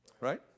Right